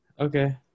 Okay